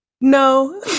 No